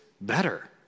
better